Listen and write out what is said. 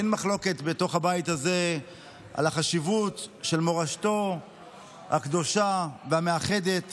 אין מחלוקת בתוך הבית הזה על החשיבות של מורשתו הקדושה והמאחדת